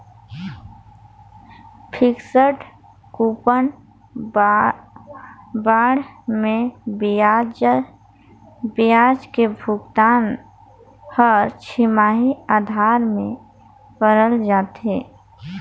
fixed coupon bond मे बियाज के भुगतान हर छमाही आधार में करल जाथे